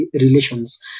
relations